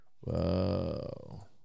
Whoa